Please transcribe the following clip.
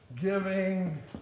giving